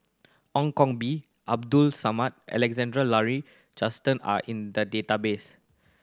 Ong Koh Bee Abdul Samad Alexander Laurie Johnston are in the database